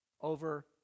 over